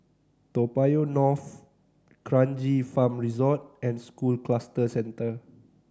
Toa Payoh North Kranji Farm Resort and School Cluster Centre